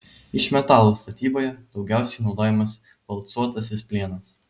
iš metalų statyboje daugiausiai naudojamas valcuotasis plienas